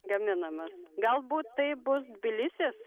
gaminamas galbūt tai bus tbilisis